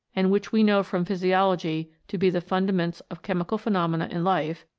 and which we know from physiology to be the fundaments of chemical phenomena in life,